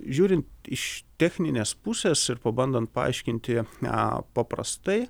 žiūrint iš techninės pusės ir pabandant paaiškinti paprastai